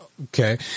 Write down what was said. Okay